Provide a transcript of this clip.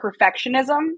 perfectionism